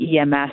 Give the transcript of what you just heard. EMS